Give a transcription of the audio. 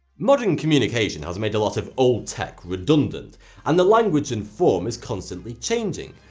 modern communication has made a lot of old tech redundant and the language and form is constantly changing.